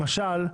למשל,